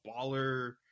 baller